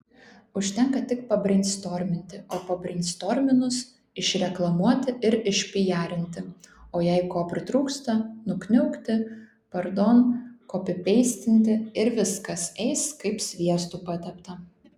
užtenka tik pabreinstorminti o pabreinstorminus išreklamuoti ir išpijarinti o jei ko pritrūksta nukniaukti pardon kopipeistinti ir viskas eis kaip sviestu patepta